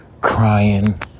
crying